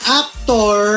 actor